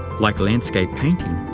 like landscape painting,